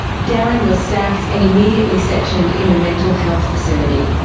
darren was sacked and immediately sectioned in a mental health facility.